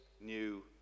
new